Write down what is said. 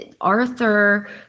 Arthur